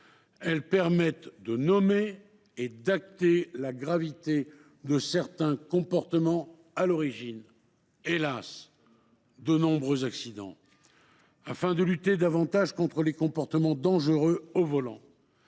Elles permettent de nommer et d’acter la gravité de certains comportements qui sont à l’origine, hélas ! de nombreux accidents. Afin de lutter davantage contre les comportements dangereux au volant